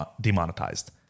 demonetized